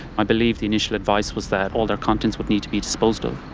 i believe the initial advice was that all their contents would need to be disposed of.